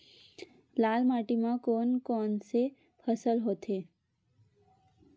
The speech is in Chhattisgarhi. लाल माटी म कोन कौन से फसल होथे?